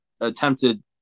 attempted